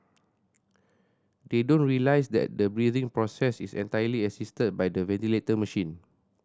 they don't realise that the breathing process is entirely assisted by the ventilator machine